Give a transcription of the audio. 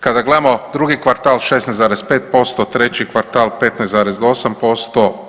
Kada gledamo drugi kvartal 16,5%, treći kvartal 15,8%